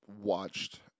watched